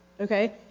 Okay